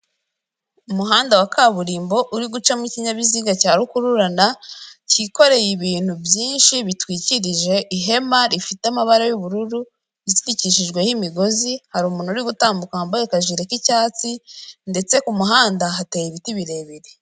Umuhanda wa kaburimbo uri gucamo ikinyabiziga cya rukururana cyikoreye ibintu byinshi bitwikirije ihema rifite amabara y'ubururu izirikishijweho imigozi, hari umuntu uri gutambuka wambaye akajire k'icyatsi ndetse ku muhanda hateye ibiti birebire.